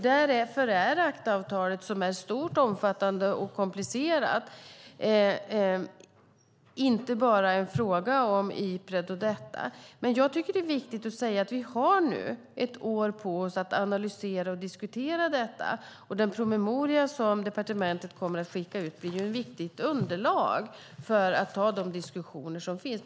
Därför är ACTA-avtalet, som är omfattande och komplicerat, inte bara en fråga om Ipred och detta. Det är viktigt att säga att vi nu har ett år på oss att analysera och diskutera detta, och den promemoria som departementet kommer att skicka ut är ett viktigt underlag för att ta de diskussioner som finns.